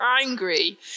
angry